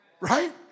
right